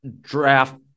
draft